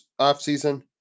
offseason